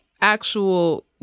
actual